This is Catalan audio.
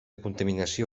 contaminació